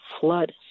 flood